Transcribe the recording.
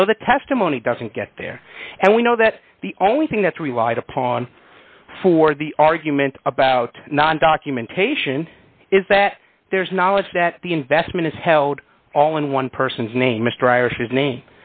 we know the testimony doesn't get there and we know that the only thing that's relied upon for the argument about not documentation is that there's knowledge that the investment is held all in one person's name mr iris his name